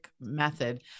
method